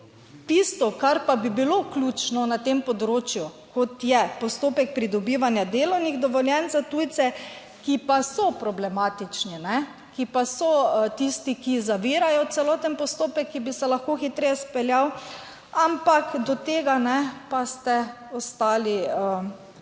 tisto, kar pa bi bilo ključno na tem področju, kot je postopek pridobivanja delovnih dovoljenj za tujce, ki pa so problematični, ne, ki pa so tisti, ki zavirajo celoten postopek, ki bi se lahko hitreje speljal, ampak do tega, ne, pa ste ostali